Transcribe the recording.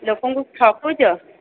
ଲୋକଙ୍କୁ ଠକୁଛ